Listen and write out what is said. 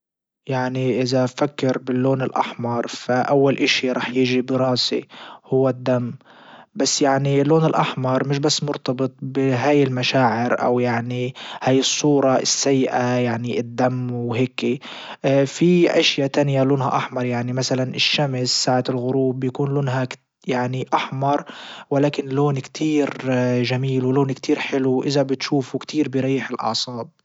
يعني ازا فكر باللون الاحمر فاول اشي رح يجي براسي هو الدم بس يعني لون الاحمر مش بس مرتبط بهاي المشاعر او يعني هاي الصورة السيئة يعني الدم وهيكي في اشيا تانية لونها احمر يعني مثلا الشمس ساعة الغروب بيكون لونها يعني احمر ولكن لون كتير جميل ولون كتير حلو واذا بتشوفوا كتير بريح الاعصاب.